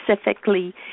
specifically